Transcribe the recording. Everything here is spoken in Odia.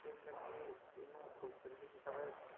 ଯେନ୍ଟାକି ଇ'ନୁ ହୋଲ୍ସେଲିଂ ହିସାବେ